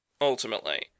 ultimately